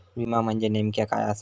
विमा म्हणजे नेमक्या काय आसा?